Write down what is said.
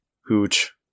Hooch